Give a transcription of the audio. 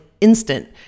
instant